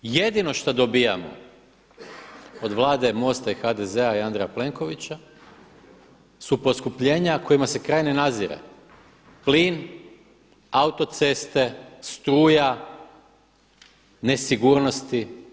Jedino što dobivamo od Vlade MOST-a i HDZ-a i Andrija Plenkovića su poskupljenja kojima se kraj ne nadzire, plin, autoceste, struja, nesigurnosti.